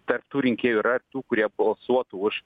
tarp tų rinkėjų yra tų kurie balsuotų už